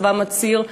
הצבא מצהיר,